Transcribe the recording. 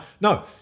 No